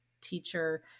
teacher